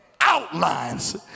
outlines